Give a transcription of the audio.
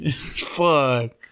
Fuck